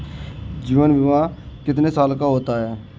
जीवन बीमा कितने साल का होता है?